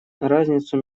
разницу